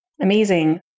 amazing